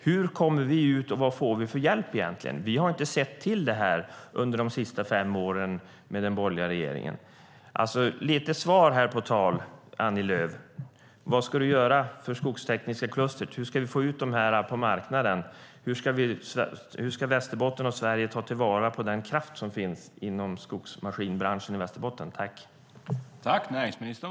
Hur kommer vi ut och vad får vi för hjälp? Vi har inte sett till det här under de senaste fem åren med den borgerliga regeringen. Jag vill ha svar, Annie Lööf: Vad ska du göra för Skogstekniska klustret? Hur ska vi få ut dem på marknaden? Hur ska Västerbotten och Sverige ta till vara den kraft som finns inom skogsmaskinbranschen i Västerbotten?